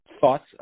thoughts